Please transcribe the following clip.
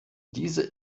diese